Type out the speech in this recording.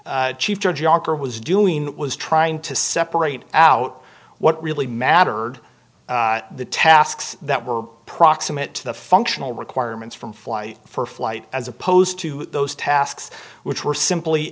yagur was doing was trying to separate out what really mattered the tasks that were proximate to the functional requirements from flight for flight as opposed to those tasks which were simply